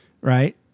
right